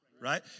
right